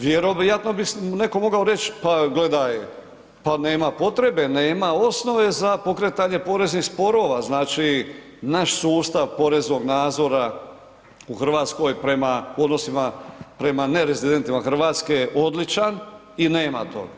Vjerojatno bi netko mogao reći, pa gledaj nema potrebe, nema osnove za pokretanje poreznih sporova, znači naš sustav poreznog nadzora u Hrvatskoj prema, u odnosima prema nerezidentima Hrvatske je odličan i nema to.